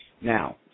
Now